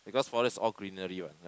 because forest all greenery what right